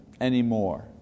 anymore